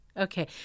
okay